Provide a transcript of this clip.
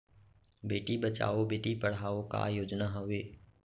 बेटी बचाओ बेटी पढ़ाओ का योजना हवे?